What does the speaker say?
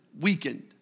weakened